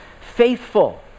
faithful